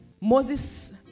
Moses